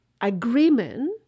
agreement